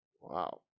Wow